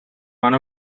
one